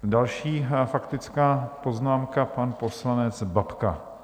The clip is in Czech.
Další faktická poznámka je pan poslanec Babka.